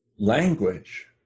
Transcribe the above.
language